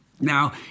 Now